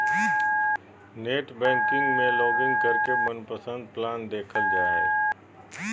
net banking में login करके मनपसंद प्लान देखल जा हय